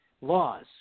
laws